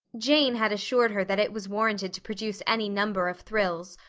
jane had assured her that it was warranted to produce any number of thrills,